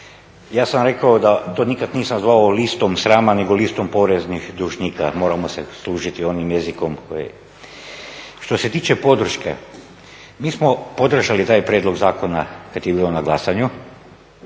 ja sam rekao da to nikad nisam zvao listom srama nego listom poreznih dužnika. Moramo se služiti onim jezikom koji. Što se tiče podrške, mi smo podržali taj prijedlog zakona kad je bio na glasanju